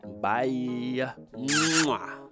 Bye